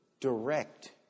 direct